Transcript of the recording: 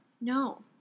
No